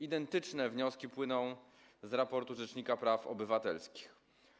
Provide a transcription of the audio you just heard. Identyczne wnioski płyną z raportu rzecznika praw obywatelskich.